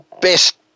best